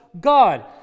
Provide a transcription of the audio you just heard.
God